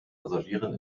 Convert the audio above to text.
passagieren